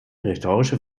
rhetorische